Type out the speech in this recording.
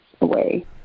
away